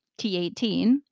T18